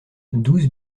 douze